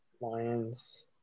Lions